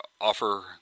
offer